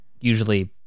usually